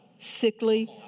Sickly